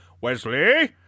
Wesley